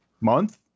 month